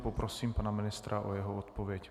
Poprosím pana ministra o jeho odpověď.